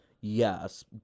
Yes